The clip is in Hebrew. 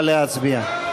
נא להצביע.